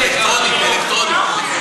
אלקטרונית, אלקטרונית.